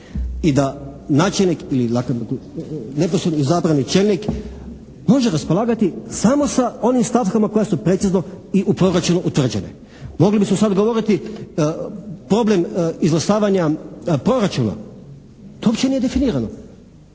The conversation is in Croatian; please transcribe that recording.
i da načelnik ili dakle neposredno izabrani čelnik može raspolagati samo sa onim stavkama koja su precizno i u proračunu utvrđene. Mogli bismo sada govoriti problem izglasavanja proračuna. To uopće nije definirano.